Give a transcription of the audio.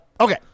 Okay